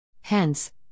Hence